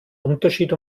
unterschied